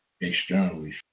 externally